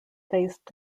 faced